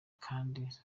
kandi